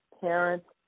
parents